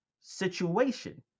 situation